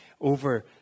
over